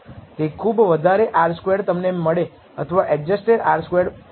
તે ખૂબ વધારે R સ્ક્વેરડ તમને મળે અથવા એડજસ્ટેડ R સ્ક્વેરડ છે